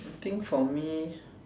I think for me